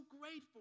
grateful